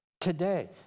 today